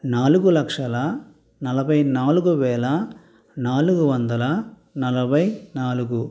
నాలుగులక్షల నలభైనాలుగువేల నాలుగువందల నలభై నాలుగు